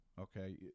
okay